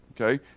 Okay